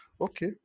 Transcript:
Okay